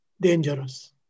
dangerous